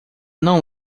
não